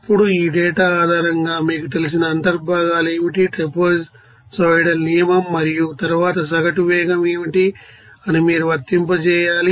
ఇప్పుడు ఈ డేటా ఆధారంగా మీకు తెలిసిన అంతర్భాగాలు ఏమిటి ట్రాపెజోయిడల్ నియమం మరియు తరువాత సగటు వేగం ఏమిటి అని మీరు వర్తింపజేయాలి